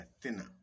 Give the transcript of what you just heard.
thinner